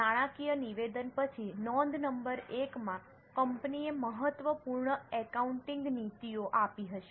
નાણાકીય નિવેદન પછી નોંધ નંબર 1 માં કંપનીએ મહત્વપૂર્ણ એકાઉન્ટિંગ નીતિઓ આપી હશે